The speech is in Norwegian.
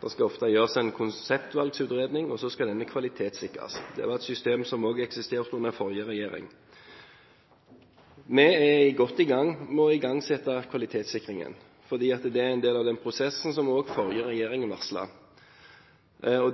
Det skal ofte gjøres en konseptvalgutredning, og så skal denne kvalitetssikres. Det er et system som også eksisterte under forrige regjering. Vi er godt i gang med å igangsette kvalitetssikringen, for det er en del av prosessen som også den forrige regjeringen varslet.